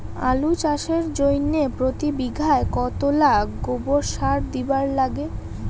আলু চাষের জইন্যে প্রতি বিঘায় কতোলা গোবর সার দিবার লাগে?